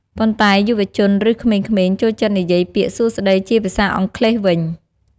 ប៉ុន្តែ យុវជន ឬ ក្មេងៗ ចូលចិត្ត និយាយពាក្យ “សួស្តី” ជាភាសាអង់គ្លេសវិញ។